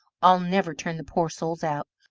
i'll never turn the poor souls out,